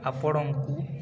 ଆପଣଙ୍କୁ